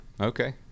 okay